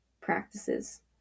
practices